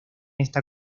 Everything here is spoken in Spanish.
esta